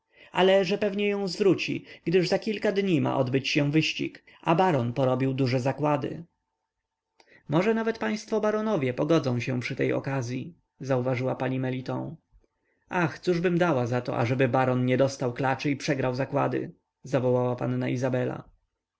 ale że pewnie ją zwróci gdyż za kilka dni ma odbyć się wyścig a baron porobił duże zakłady może nawet państwo baronowie pogodzą się przy tej okazyi zauważyła pani meliton ach cóżbym dała za to ażeby baron nie dostał klaczy i przegrał zakłady zawołała panna izabela